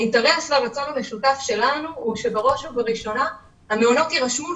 האינטרס מהמקום המשותף שלנו הוא שבראש ובראשונה המעונות ירשמו,